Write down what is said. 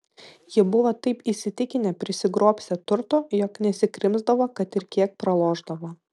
jie buvo taip įsitikinę prisigrobsią turto jog nesikrimsdavo kad ir kiek pralošdavo